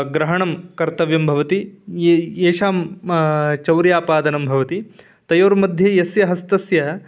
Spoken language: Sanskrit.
ग्रहणं कर्तव्यं भवति ये येषां चौर्यापादनं भवति तयोर्मध्ये यस्य हस्तस्य